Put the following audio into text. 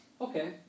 Okay